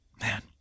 Man